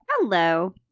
hello